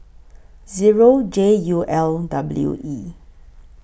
Zero J U L W E